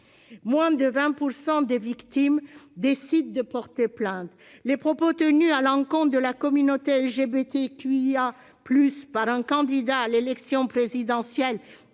Moins de 20 % des victimes décident de porter plainte. Les propos tenus à l'encontre de la communauté LGBTQIA+ par un candidat à l'élection présidentielle